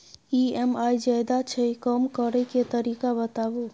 EMI ज्यादा छै कम करै के तरीका बताबू?